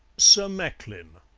sir macklin